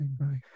right